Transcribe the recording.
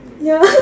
ya